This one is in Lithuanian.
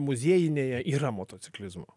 muziejinėje yra motociklizmo